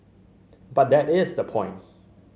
but that is the point